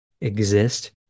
exist